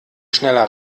schneller